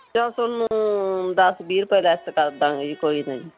ਚਲੋ ਤੁਹਾਨੂੰ ਦਸ ਵੀਹ ਰੁਪਏ ਲੈੱਸ ਕਰ ਦਾਂਗੇ ਜੀ ਕੋਈ ਨਾ ਜੀ